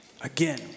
Again